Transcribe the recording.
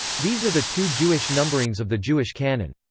these are the two jewish numberings of the jewish canon.